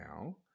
now